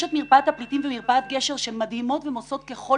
יש את מרפאת הפליטים ומרפאת גשר שהן מדהימות ועושות ככל